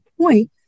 point